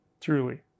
truly